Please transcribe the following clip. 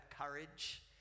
courage